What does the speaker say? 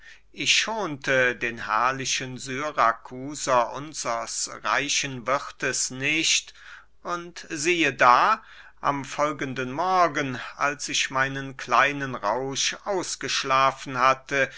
ich schonte den herrlichen syrakuser unsers reichen wirthes nicht und siehe da am folgenden morgen als ich meinen kleinen rausch ausgeschlafen hatte